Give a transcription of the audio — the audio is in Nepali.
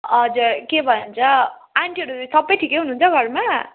हजुर के भन्छ आन्टीहरू सबै ठिकै हुनुहुन्छ घरमा